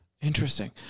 Interesting